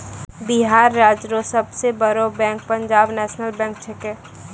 बिहार राज्य रो सब से बड़ो बैंक पंजाब नेशनल बैंक छैकै